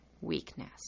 weakness